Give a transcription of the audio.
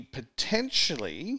potentially